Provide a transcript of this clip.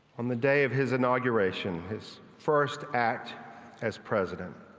on the day of his inauguration, his first act as president.